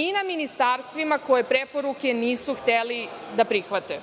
i na ministarstvima koje preporuke nisu hteli da prihvate.